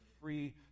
free